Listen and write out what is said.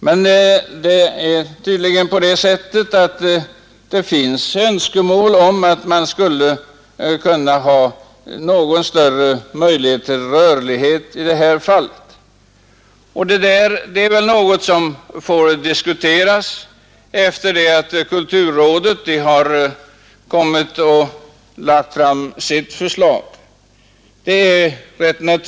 Men det finns tydligen önskemål om större rörlighet när det gäller de medlen, och det är väl då en sak som får diskuteras sedan kulturrådet har lagt fram sitt förslag.